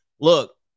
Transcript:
Look